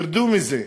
תרדו מזה,